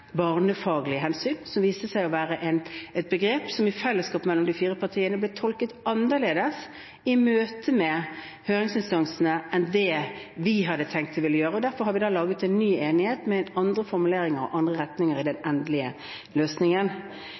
barnefaglige hensyn, som viste seg å være et begrep som i fellesskap mellom de fire partiene, ble tolket annerledes i møte med høringsinstansene enn det vi hadde tenkt å ville gjøre. Derfor har vi laget en ny enighet med andre formuleringer og andre retninger i den endelige løsningen.